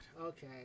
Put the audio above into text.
okay